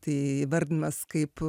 tai įvardinamas kaip